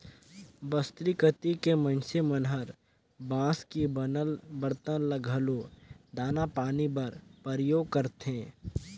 बस्तर कति के मइनसे मन हर बांस के बनल बरतन ल घलो दाना पानी बर परियोग करथे